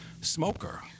Smoker